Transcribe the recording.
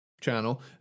channel